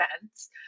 events